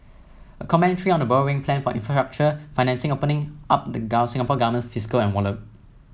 a commentary on the borrowing plan for infrastructure financing opening up the Singapore Government's fiscal envelope